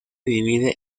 divide